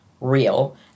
real